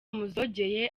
muzogeye